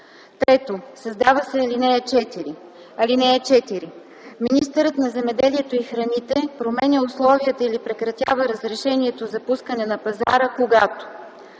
3. Създава се ал. 4: „(4) Министърът на земеделието и храните променя условията или прекратява разрешението за пускане на пазара, когато: